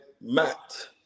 Matt